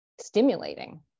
stimulating